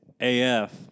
AF